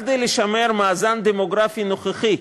רק כדי לשמר את המאזן הדמוגרפי הנוכחי,